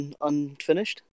unfinished